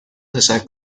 تشکر